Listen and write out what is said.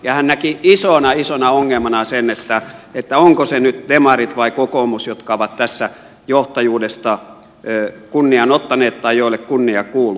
hän näki isona isona ongelmana sen onko se nyt demarit vai kokoomus joka on tässä johtajuudesta kunnian ottanut tai jolle kunnia kuuluu